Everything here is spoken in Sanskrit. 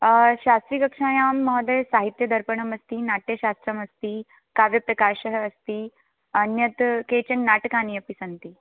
शास्त्रिकक्षायां महोदय साहित्यदर्पणमस्ति नाट्यशास्त्रमस्ति काव्यप्रकाशः अस्ति अन्यत् केचन् नाटकानि अपि सन्ति